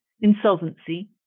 insolvency